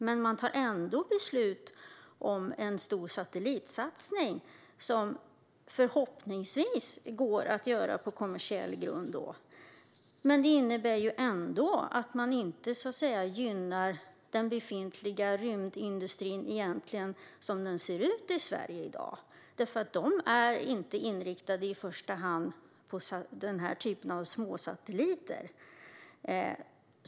Man tar ändå beslut om en stor satellitsatsning som förhoppningsvis går att göra på kommersiell grund, men den innebär att man egentligen inte gynnar den befintliga rymdindustrin så som den ser ut i Sverige i dag. Den är nämligen inte i första hand inriktad på den här typen av småsatelliter.